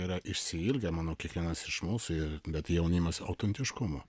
yra išsiilgę manau kiekvienas iš mūsų bet jaunimas autentiškumo